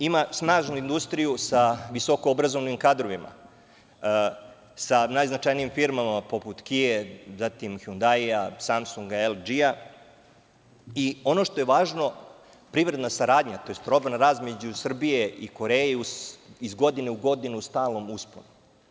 Ima snažnu industriju sa visoko obrazovanim kadrovima, sa najznačajnijim firmama poput „Kie“, „Hjundai“, „Samsung“, „LG“ i ono što je važno, privredna saradnja tj. robna razmena između Srbije i Kojere iz godine u godinu u stalnom je usponu.